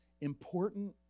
important